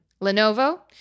Lenovo